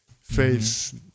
face